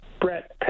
Brett